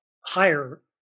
higher